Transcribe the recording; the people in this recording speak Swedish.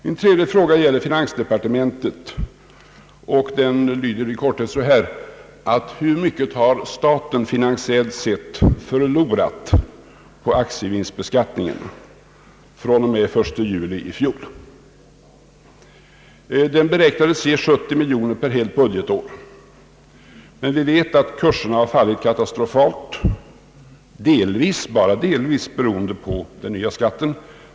Min tredje fråga gäller finansdepartementet och lyder i korthet så här: Hur mycket har staten finansiellt sett förlorat på aktievinstbeskattningen fr.o.m. den 1 juli i fjol? Den beräknades ju ge 70 miljoner kronor för helt budgetår, men vi vet att kurserna har fallit katastrofalt. Det är delvis — men bara delvis — beroende på den nya skatten.